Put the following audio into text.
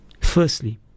Firstly